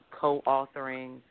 co-authoring